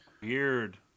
Weird